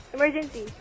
Emergency